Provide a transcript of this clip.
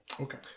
Okay